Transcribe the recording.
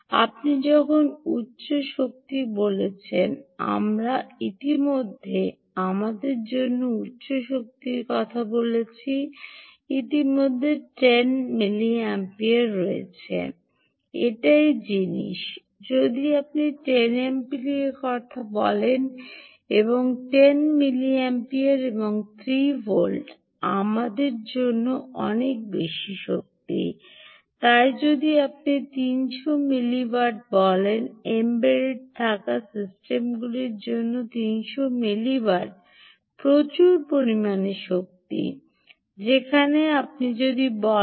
আপনি যখন উচ্চ শক্তি বলছেন আমরা ইতিমধ্যে আমাদের জন্য উচ্চ শক্তির কথা বলছি ইতিমধ্যে 10 মিলিমিপেয়ারে রয়েছে এটাই জিনিস যদি আপনি 10 মিলিঅ্যাম্পিয়ার বলে এবং 10 মিলিঅ্যাম্পিয়ার এবং 3 ভোল্ট আমাদের জন্য অনেক বেশি শক্তি তাই যদি আপনি 30 মিলিওয়াত বলেন এম্বেড থাকা সিস্টেমগুলির জন্য 30 মিলিওয়াট প্রচুর পরিমাণে শক্তি যেখানে আপনি যদি বলেন